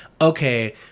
okay